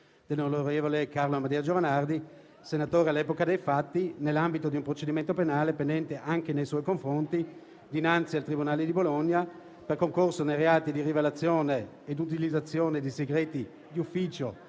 dell'onorevole Carlo Amedeo Giovanardi, senatore all'epoca dei fatti, nell'ambito di un procedimento penale pendente anche nei suoi confronti dinanzi al tribunale di Bologna per concorso nei reati di rivelazione e utilizzazione di segreti d'ufficio